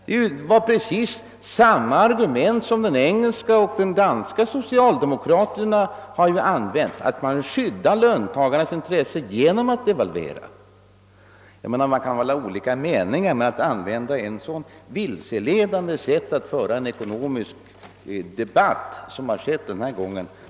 Det var precis samma argument som det engelska arbetarpartiet och de danska socialdemokraterna använde då det sades att devalveringen genomfördes för att tillvarata löntagarnas intressen. Det kan ju råda olika meningar i en fråga, men jag har sällan sett prov på ett så vilseledande sätt att föra en eko nomisk debatt som denna gång.